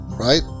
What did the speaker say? Right